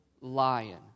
lion